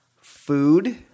food